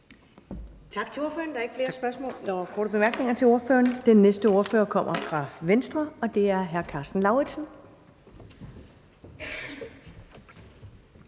Tak til ordføreren. Der er ikke flere korte bemærkninger til ordføreren. Den næste ordfører kommer fra Nye Borgerlige, og det er fru Mette Thiesen.